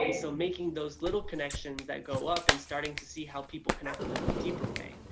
and so making those little connections that go up and starting to see how people connect with them in a deeper way.